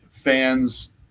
Fans